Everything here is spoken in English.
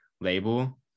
label